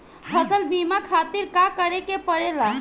फसल बीमा खातिर का करे के पड़ेला?